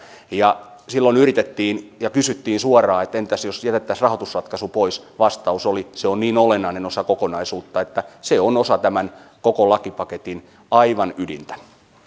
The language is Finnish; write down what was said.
ja silloin yritettiin ja kysyttiin suoraan että entäs jos jätettäisiin rahoitusratkaisu pois vastaus oli se on niin olennainen osa kokonaisuutta että se on osa tämän koko lakipaketin aivan ydintä